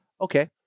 Okay